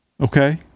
Okay